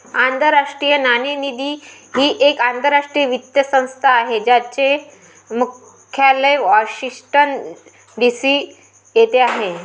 आंतरराष्ट्रीय नाणेनिधी ही एक आंतरराष्ट्रीय वित्तीय संस्था आहे ज्याचे मुख्यालय वॉशिंग्टन डी.सी येथे आहे